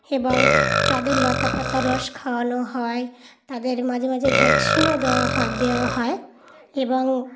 এবং তাদের লতাপাতার রস খাওয়ানো হয় তাদের মাঝে মাঝে ভ্যাকসিনও দেওয়া হয় দেওয়া হয় এবং